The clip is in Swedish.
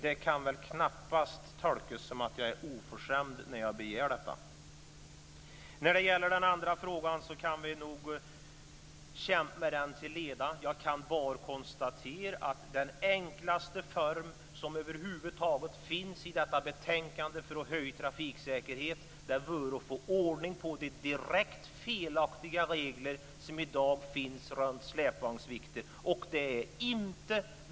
Det kan knappast anses vara oförskämt att jag begär detta. När det gäller den andra frågan kan vi nog kämpa till leda. Jag kan bara konstatera att den enklaste väg som finns i betänkandet för att höja trafiksäkerheten vore att få ordning på de direkt felaktiga regler som i dag finns för släpvagnsvikter.